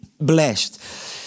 blessed